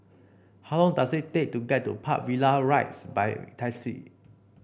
how long does it take to get to Park Villas Rise by taxi